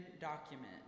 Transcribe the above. document